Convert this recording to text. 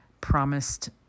promised